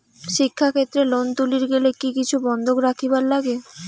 শিক্ষাক্ষেত্রে লোন তুলির গেলে কি কিছু বন্ধক রাখিবার লাগে?